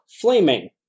flaming